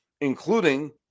including